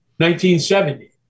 1970